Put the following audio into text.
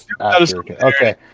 Okay